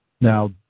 Now